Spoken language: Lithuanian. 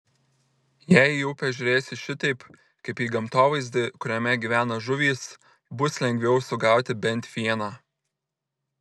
jei į upę žiūrėsi šitaip kaip į gamtovaizdį kuriame gyvena žuvys bus lengviau sugauti bent vieną